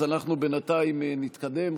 אז אנחנו בינתיים נתקדם.